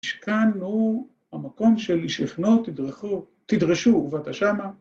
‫שכאן הוא המקום של לשכנו ‫תדרשו ובאת שמה.